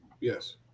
Yes